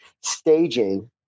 staging